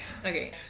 Okay